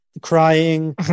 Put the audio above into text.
crying